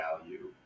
value